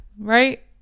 right